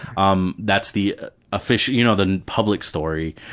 um that's the official, you know the public story.